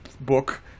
book